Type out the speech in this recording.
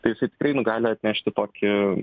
tai jisai tkrai nu gali atnešti tokį